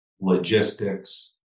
logistics